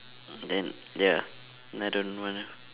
then ya I don't wanna